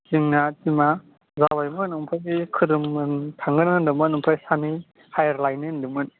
जोंना टिमा जाबायमोन आमफाय बे खोरोममोन थांनो होनदोंमोन आमफाय सानै हायेर लायनो होन्दोंमोन